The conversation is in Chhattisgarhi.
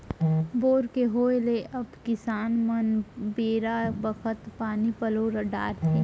बोर के होय ले अब किसान मन बेरा बखत पानी पलो डारथें